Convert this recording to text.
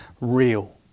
real